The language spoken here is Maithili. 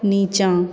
नीचाँ